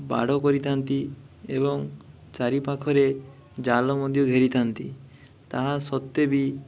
ବାଡ଼ କରିଥାନ୍ତି ଏବଂ ଚାରିପାଖରେ ଜାଲ ମଧ୍ୟ ଘେରିଥାନ୍ତି ତାହା ସତ୍ତ୍ୱେ ବି